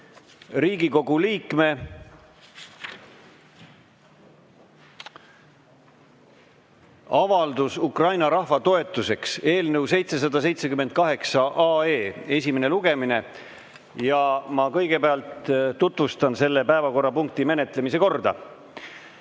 Riigikogu liikme avalduse "Ukraina rahva toetuseks" eelnõu 778 esimene lugemine. Ma kõigepealt tutvustan selle päevakorrapunkti menetlemise korda.